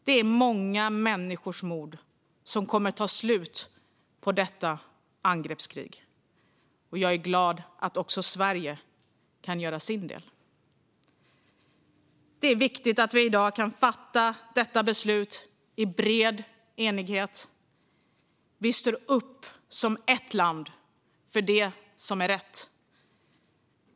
Det är många människors mod som kommer att avsluta detta angreppskrig, och jag är glad att också Sverige kan göra sin del. Det är viktigt att vi i dag kan fatta detta beslut i bred enighet. Vi står upp som ett land för det som är rätt.